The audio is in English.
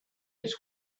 its